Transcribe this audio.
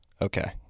Okay